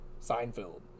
Seinfeld